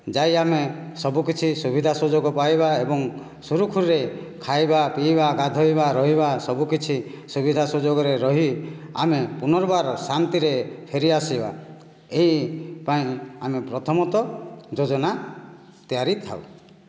ଯାଇ ଆମେ ସବୁକିଛି ସୁବିଧା ସୁଯୋଗ ପାଇବା ଏବଂ ସୁରୁଖୁରୁରେ ଖାଇବା ପିଇବା ଗାଧୋଇବା ରହିବା ସବୁକିଛି ସୁବିଧା ସୁଯୋଗରେ ରହି ଆମେ ପୁନର୍ବାର ଶାନ୍ତିରେ ଫେରିଆସିବା ଏହି ପାଇଁ ଆମେ ପ୍ରଥମତଃ ଯୋଜନା ତିଆରି ଥାଉ